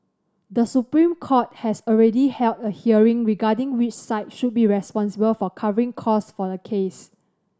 The Supreme Court has already held a hearing regarding which side should be responsible for covering costs for the case